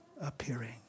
appearing